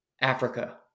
Africa